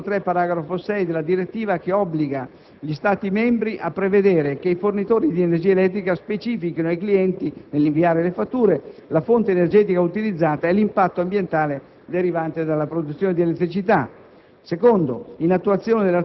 inattuazione dell'articolo 3, paragrafo 6, della direttiva, che obbliga gli Stati membri a prevedere che i fornitori di energia elettrica specifichino ai clienti, nell'inviare le fatture, la fonte energetica utilizzata e l'impatto ambientale derivante dalla produzione di elettricità;